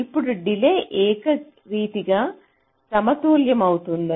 ఇప్పుడు డిలే ఏకరీతిగా సమతుల్యమవుతోంది